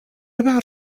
about